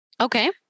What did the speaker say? Okay